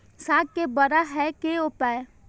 साग के बड़ा है के उपाय?